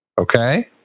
Okay